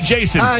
Jason